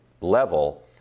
level